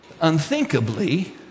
unthinkably